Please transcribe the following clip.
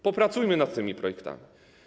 Popracujmy nad tymi projektami.